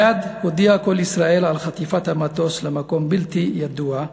מייד הודיע "קול ישראל" על חטיפת המטוס למקום בלתי ידוע,